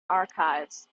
archives